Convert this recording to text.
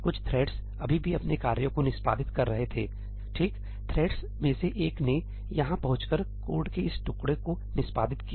कुछ थ्रेड्स अभी भी अपने कार्यों को निष्पादित कर रहे थे ठीक थ्रेड्स में से एक ने यहां पहुंचकर कोड के इस टुकड़े को निष्पादित किया